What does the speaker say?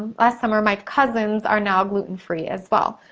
last summer, my cousin's are now gluten free as well.